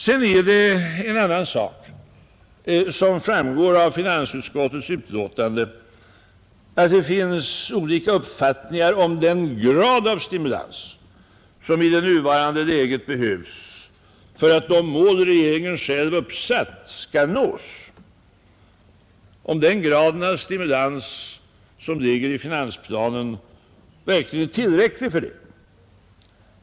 Sedan är det en annan sak, som framgår av finansutskottets utlåtande, att det finns olika uppfattningar om den grad av stimulans, som i det nuvarande läget behövs för att nå de mål regeringen själv uppsatt, verkligen är tillräcklig.